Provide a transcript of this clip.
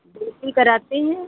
दो तीन कराते हैं